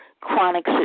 chronic